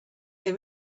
they